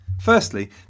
Firstly